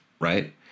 right